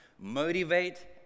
motivate